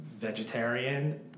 Vegetarian